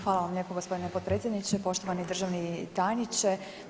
Hvala vam lijepo gospodine potpredsjedniče, poštovani državni tajniče.